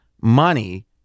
money